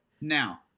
Now